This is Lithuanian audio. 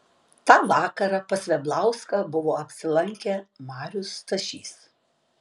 tą vakarą pas veblauską buvo apsilankę marius stašys